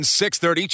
630